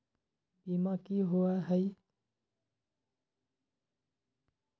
बीमा की होअ हई?